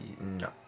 No